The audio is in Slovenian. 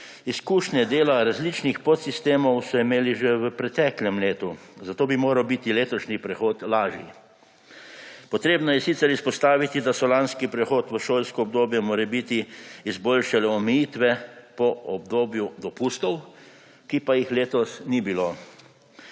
Izkušnje dela različnih podsistemov so imeli že v preteklem letu, zato bi moral biti letošnji prehod lažji. Potrebno je sicer izpostaviti, da so lanski prehod v šolsko obdobje morebiti izboljšale omejitve po obdobju dopustov, ki pa jih letos ni bilo.